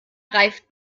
reift